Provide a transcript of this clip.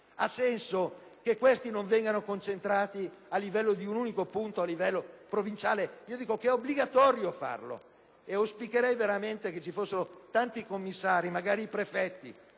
Ha senso che questi non vengano concentrati in un unico punto a livello provinciale? A mio parere è obbligatorio farlo. Auspicherei veramente che ci fossero tanti commissari - magari i prefetti,